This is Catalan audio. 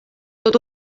tot